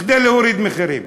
כדי להוריד מחירים.